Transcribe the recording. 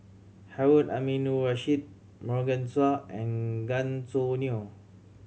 Harun Aminurrashid Morgan Chua and Gan Choo Neo